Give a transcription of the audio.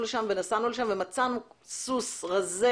במהרה והגענו לשם ומצאנו סוס רזה